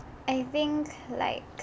I think like